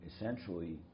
essentially